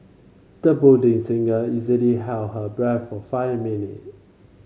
the budding singer easily held her breath for five minute